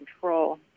control